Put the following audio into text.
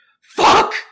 Fuck